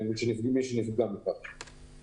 מי שנפגע כלכלית מהסנקציה.